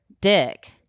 dick